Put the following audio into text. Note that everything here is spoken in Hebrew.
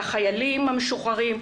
לחיילים משוחררים,